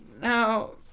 Now